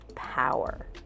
power